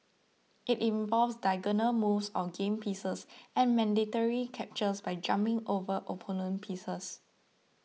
it involves diagonal moves of game pieces and mandatory captures by jumping over opponent pieces